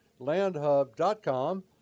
Landhub.com